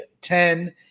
Ten